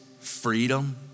freedom